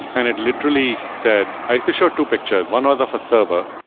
and it literally said i show two pictures. one was of a server,